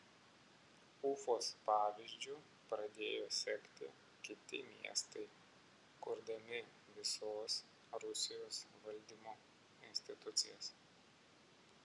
ufos pavyzdžiu pradėjo sekti kiti miestai kurdami visos rusijos valdymo institucijas